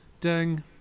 Ding